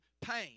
pain